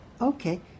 Okay